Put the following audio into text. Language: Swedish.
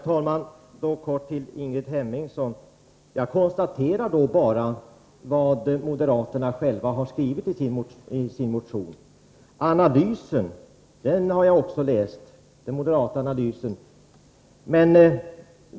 Herr talman! Jag konstaterar bara, Ingrid Hemmingsson, vad moderaterna har skrivit i sin motion. Jag har även läst den moderata analysen.